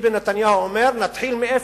ביבי נתניהו אומר: נתחיל מאפס,